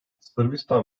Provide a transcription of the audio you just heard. sırbistan